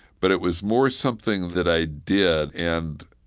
but it was more something that i did and,